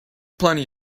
plenty